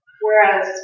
Whereas